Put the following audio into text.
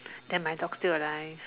then my dog still alive